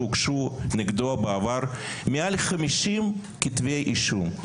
שהוגשו נגדו בעבר מעל ל-50 כתבי אישום.